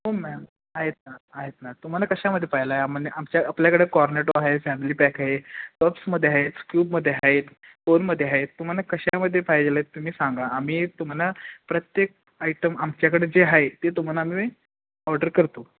हो मॅम आहेत ना आहेत ना तुम्हाला कशामध्ये पाहिजेला आहे म्हणजे आमच्या आपल्याकडे कॉर्नेटो आहे फॅमिली पॅक आहे कप्समध्ये आहे क्यूबमध्ये आहेत कोनमध्ये आहेत तुम्हाला कशामध्ये पाहिजेला आहेत तुम्ही सांगा आम्ही तुम्हाला प्रत्येक आयटम आमच्याकडे जे आहे ते तुम्हाला आम्ही ऑर्डर करतो